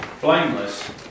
Blameless